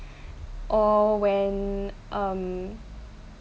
or when um